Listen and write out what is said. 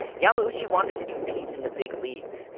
yamauchi wanted to compete in the big leagues.